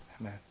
Amen